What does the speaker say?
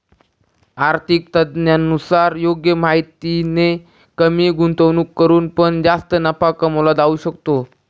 आर्थिक तज्ञांनुसार योग्य माहितीने कमी गुंतवणूक करून पण जास्त नफा कमवला जाऊ शकतो